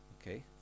Okay